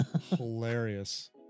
Hilarious